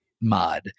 mod